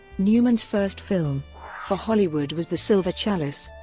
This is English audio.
newman's first film for hollywood was the silver chalice.